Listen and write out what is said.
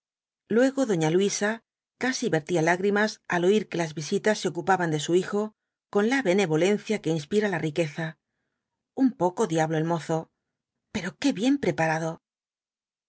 luego doña luisa casi vertía lágrimas al oir que las visitas se ocupaban de su hijo con la benevolencia que inspira la riqueza un poco diablo el mozo pero qué bien preparado